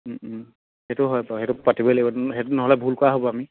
সেইটো হয় বাৰু সেইটো পাতিবই লাগিব সেইটো নহ'লে ভুল কৰা হ'ব আমি